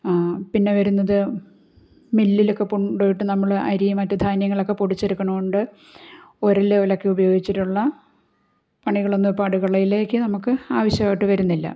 പിന്നെ വരുന്നത് മില്ലിലൊക്കെ കൊണ്ടു പോയിട്ട് നമ്മൾ അരിയു മറ്റു ധാന്യങ്ങളുമൊക്കെ പൊടിച്ചെടുക്കണോണ്ട് ഉരലും ഉലക്കയും ഉപയോഗിച്ചിട്ടുള്ള പണികളൊന്നും ഇപ്പോൾ അടുക്കളയിലേക്ക് നമുക്ക് ആവിശ്യായിട്ട് വരുന്നില്ല